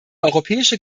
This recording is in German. europäische